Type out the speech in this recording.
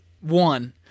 One